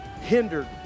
hindered